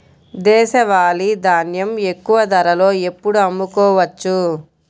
దేశవాలి ధాన్యం ఎక్కువ ధరలో ఎప్పుడు అమ్ముకోవచ్చు?